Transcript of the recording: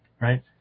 right